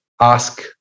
ask